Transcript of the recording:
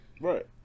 right